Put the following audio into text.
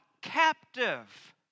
captive